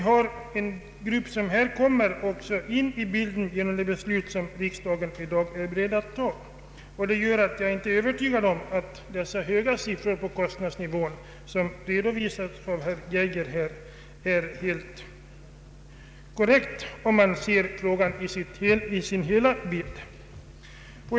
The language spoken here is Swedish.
Jag är därför inte övertygad om att de höga siffror för kostnaderna som herr Geijer redovisade är helt korrekta, om man ser frågan i dess hela vidd.